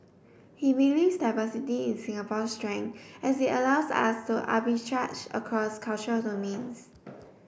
he believes diversity is Singapore's strength as it allows us to arbitrage across cultural domains